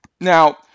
Now